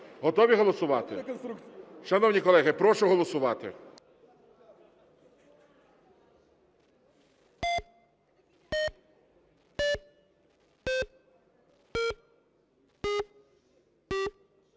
Готові голосувати? Шановні колеги, прошу голосувати.